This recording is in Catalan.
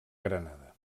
granada